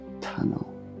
tunnel